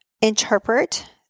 interpret